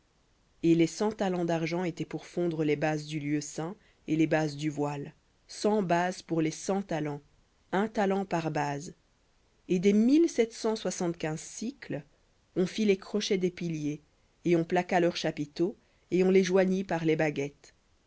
et les cent talents d'argent étaient pour fondre les bases du lieu saint et les bases du voile cent bases pour les cent talents un talent par base et des mille sept cent soixante-quinze on fit les crochets des piliers et on plaqua leurs chapiteaux et on les joignit par les baguettes